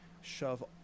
shove